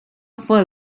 fue